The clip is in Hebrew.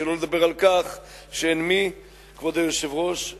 שלא לדבר על כך שאין כמעט שום,